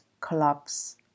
collapse